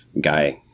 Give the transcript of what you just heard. guy